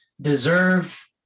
deserve